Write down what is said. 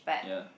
ya